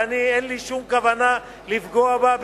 ואני אין לי שום כוונה לפגוע בה.